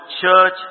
church